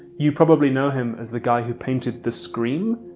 you probably know him as the guy who painted the scream.